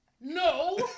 No